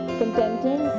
contenting